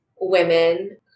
women